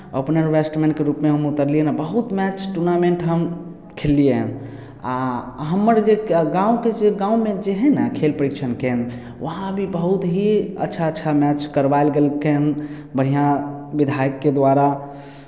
opener बैट्समैनके रूपमे हम उतरलियै हन बहुत मैच टूर्नामेंट हम खेललियै हन आ हमरके जे गाँवके जे गाँवमे जे हइ ने खेल परीक्षण केन्द्र वहाँ भी बहुत ही अच्छा अच्छा मैच करवायल गेलकै हन बढ़िआँ विधायकके द्वारा